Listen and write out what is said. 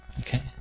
Okay